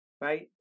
right